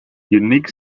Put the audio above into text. unique